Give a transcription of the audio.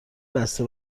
بسته